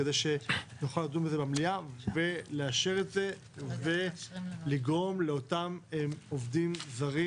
כדי שנוכל לדון במליאה ולאשר את זה ולגרום לאותם עובדים זרים